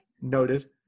Noted